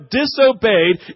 disobeyed